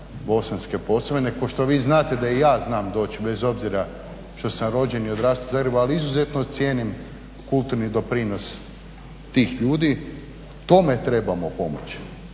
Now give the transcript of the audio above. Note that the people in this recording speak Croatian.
Bosanske Posavine kao što vi znate da i ja znam doć bez obzira što sam rođen i odrastao u Zagrebu ali izuzetno cijenim kulturni doprinos tih ljudi. Tome trebamo pomoći.